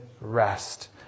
rest